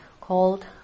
called